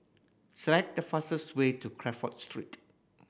select the fastest way to Crawford Street